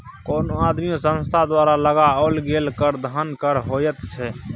कोनो आदमी वा संस्था द्वारा लगाओल गेल कर धन कर होइत छै